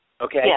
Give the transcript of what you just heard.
okay